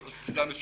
אני חושב שאנשים